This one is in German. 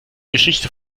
geschichte